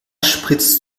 spritzt